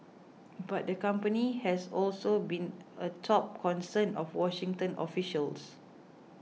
but the company has also been a top concern of Washington officials